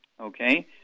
Okay